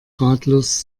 ratlos